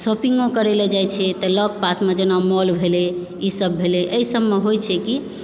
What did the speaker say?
शॉपिंगो करै लए जाइ छै तऽ लग पासमे जेना मॉल भेलै ई सब भेलै अहि सबमे होइ छै कि